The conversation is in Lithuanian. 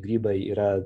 grybai yra